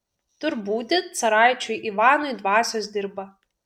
tur būti caraičiui ivanui dvasios dirba